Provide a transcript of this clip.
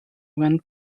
went